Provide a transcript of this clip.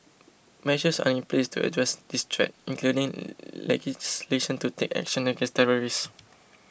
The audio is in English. measures are in place to address this threat including legislation to take action against terrorists